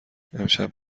امشب